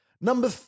Number